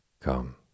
Come